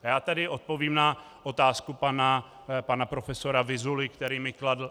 A já tady odpovím na otázku pana profesora Vyzuly, kterou mi kladl.